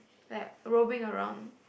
like roving around